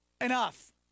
Enough